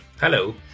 Hello